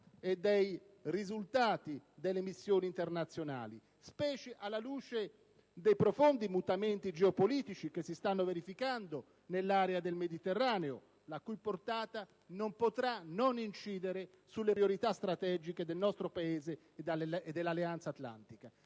e dei risultati delle missioni internazionali, specie alla luce dei profondi mutamenti geopolitici che si stanno verificando nell'area del Mediterraneo, la cui portata non potrà non incidere sulle priorità strategiche del nostro Paese e dell'Alleanza atlantica.